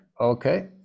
Okay